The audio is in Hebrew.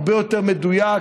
הרבה יותר מדויק,